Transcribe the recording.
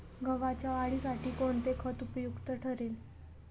गव्हाच्या वाढीसाठी कोणते खत उपयुक्त ठरेल?